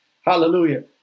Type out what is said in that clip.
Hallelujah